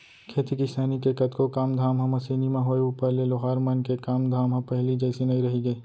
खेती किसानी के कतको काम धाम ह मसीनी म होय ऊपर ले लोहार मन के काम धाम ह पहिली जइसे नइ रहिगे